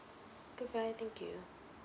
goodbye thank you